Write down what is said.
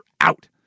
out